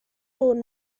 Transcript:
aún